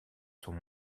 sont